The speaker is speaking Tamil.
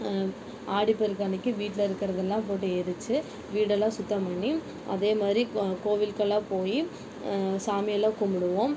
ஆடிப் பெருக்கு அன்னைக்கு வீட்டில் இருக்கிறதலாம் போட்டு எரிச்சு வீடைலாம் சுத்தம் பண்ணி அதே மாதிரி கோவிலுக்கெல்லாம் போய் சாமியெல்லாம் கும்பிடுவோம்